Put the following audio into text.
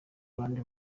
abandi